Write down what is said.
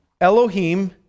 Elohim